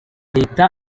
leta